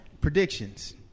predictions